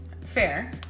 Fair